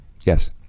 Yes